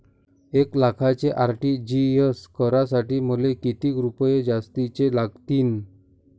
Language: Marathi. एक लाखाचे आर.टी.जी.एस करासाठी मले कितीक रुपये जास्तीचे लागतीनं?